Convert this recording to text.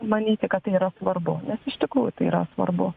manyti kad tai yra svarbu nes iš tikrųjų tai yra svarbu